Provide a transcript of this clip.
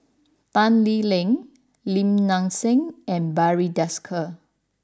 Tan Lee Leng Lim Nang Seng and Barry Desker